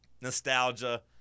Nostalgia